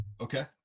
Okay